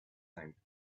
time